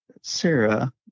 Sarah